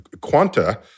quanta